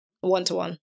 one-to-one